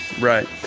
Right